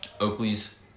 Oakley's